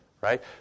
right